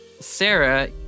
Sarah